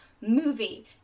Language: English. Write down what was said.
movie